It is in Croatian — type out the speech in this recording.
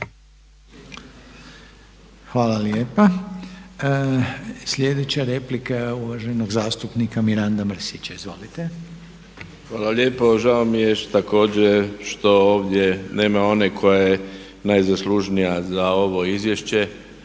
Hvala lijepa. Slijedeća replika je uvaženog zastupnika Miranda Mrsića. Izvolite. **Mrsić, Mirando (SDP)** Hvala lijepo. Žao mi je također što ovdje nema one koja je najzaslužnija za ovo izvješće